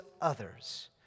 others